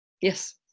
Yes